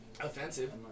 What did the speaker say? offensive